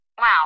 Wow